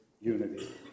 unity